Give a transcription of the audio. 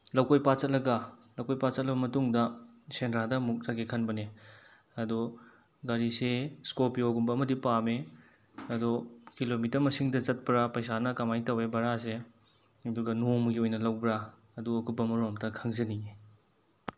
ꯂꯧꯀꯣꯏ ꯄꯥꯠ ꯆꯠꯂꯒ ꯂꯧꯀꯣꯏ ꯄꯥꯠ ꯆꯠꯂꯕ ꯃꯇꯨꯡꯗ ꯁꯦꯟꯗ꯭ꯔꯥꯗ ꯑꯃꯨꯛ ꯆꯠꯀꯦ ꯈꯟꯕꯅꯦ ꯑꯗꯣ ꯒꯥꯔꯤꯁꯦ ꯁ꯭ꯀꯣꯔꯄꯤꯌꯣꯒꯨꯝꯕ ꯑꯃꯗꯤ ꯄꯥꯝꯃꯦ ꯑꯗꯣ ꯀꯤꯂꯣꯃꯤꯇꯔ ꯃꯁꯤꯡꯗ ꯆꯠꯄ꯭ꯔꯥ ꯄꯩꯁꯥꯅ ꯀꯃꯥꯏꯅ ꯇꯧꯏ ꯚꯔꯥꯁꯦ ꯑꯗꯨꯒ ꯅꯣꯡꯃꯒꯤ ꯑꯣꯏꯅ ꯂꯧꯕ꯭ꯔꯥ ꯑꯗꯨ ꯑꯀꯨꯞꯄ ꯃꯔꯣꯟ ꯑꯝꯇ ꯈꯪꯖꯅꯤꯡꯏ